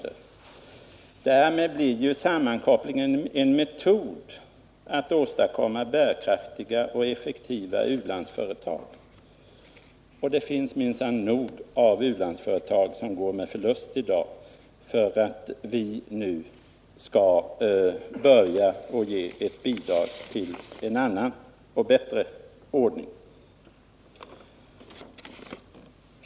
Därmed blir sammankopplingen en metod att åstadkomma bärkraftiga och effektiva u-landsföretag. Och det finns minsann nog av u-landsföretag som går med förlust i dag för att vi nu skall börja att ge ett bidrag till en annan och bättre ordning.